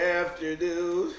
afternoon